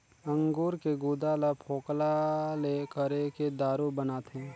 अंगूर के गुदा ल फोकला ले करके दारू बनाथे